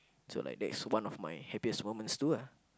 so like that's one of my happiest moment too lah